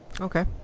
Okay